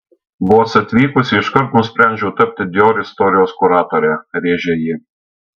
vos atvykusi iškart nusprendžiau tapti dior istorijos kuratore rėžė ji